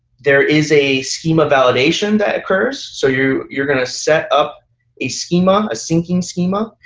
there is a schema validation that occurs, so you're you're going to set up a schema, a synching schema.